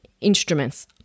instruments